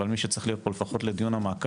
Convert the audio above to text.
אבל מי שצריך להיות פה ל פחות לדיון המעקב